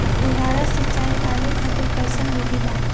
फुहारा सिंचाई आलू खातिर कइसन विधि बा?